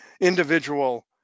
individual